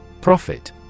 profit